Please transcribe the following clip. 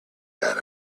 that